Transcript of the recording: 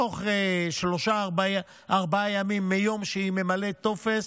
תוך שלושה, ארבעה ימים מיום שהיא ממלאת טופס,